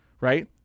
right